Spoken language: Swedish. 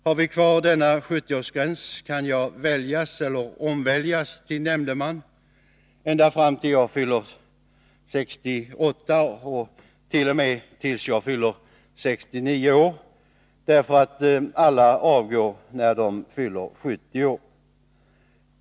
Har vi kvar 70-årsgränsen kan man väljas eller omväljas till nämndeman tills man fyllt 68 år, eller tills man fyllt 69 år, eftersom alla avgår när de fyller 70 år.